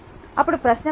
అప్పుడు ప్రశ్న వేయండి